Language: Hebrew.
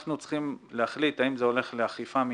אנחנו צריכים להחליט האם זה הולך לאכיפה מינהלית,